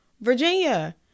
Virginia